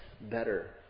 better